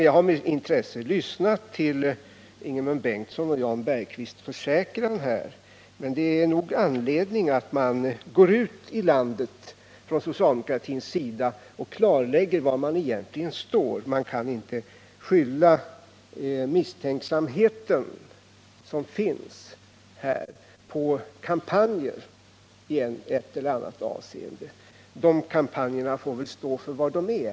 Jag har med intresse lyssnat till Ingemund Bengtssons och Jan Bergqvists försäkran här, men det finns nog anledning att man från socialdemokratins sida går ut i landet och klarlägger var man egentligen står. Man kan inte skylla den misstänksamhet som finns på kampanjer i ett eller annat avseende. De kampanjerna får stå för vad de är.